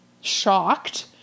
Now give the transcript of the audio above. shocked